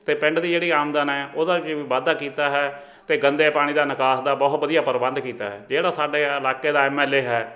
ਅਤੇ ਪਿੰਡ ਦੀ ਜਿਹੜੀ ਆਮਦਨ ਹੈ ਉਹਦਾ 'ਚ ਵੀ ਵਾਧਾ ਕੀਤਾ ਹੈ ਅਤੇ ਗੰਦੇ ਪਾਣੀ ਦਾ ਨਿਕਾਸ ਦਾ ਬਹੁਤ ਵਧੀਆ ਪ੍ਰਬੰਧ ਕੀਤਾ ਹੈ ਜਿਹੜਾ ਸਾਡੇ ਇਲਾਕੇ ਦਾ ਐੱਮ ਐੱਲ ਏ ਹੈ